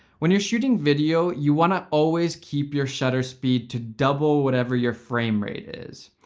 when you're shooting video, you wanna always keep your shutter speed to double whatever your frame rate is.